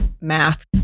math